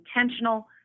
intentional